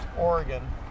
Oregon